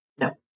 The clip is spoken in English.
No